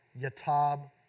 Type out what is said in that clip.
Yatab